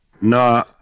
No